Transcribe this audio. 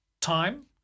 time